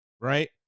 right